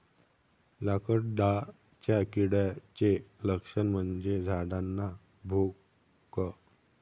लाकडाच्या किड्याचे लक्षण म्हणजे झाडांना भोक